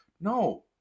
No